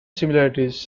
similarities